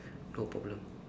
no problem